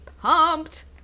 pumped